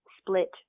split